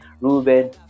Ruben